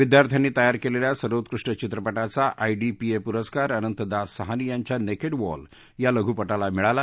विदयार्थ्यांनी तयार केलेल्या सर्वोत्कृष्ट चित्रपटाचा आयडीपीए पुस्स्कार अनंत दास साहनी यांच्या नेकेड वॅल या लघूपटाला मिळाला